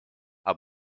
are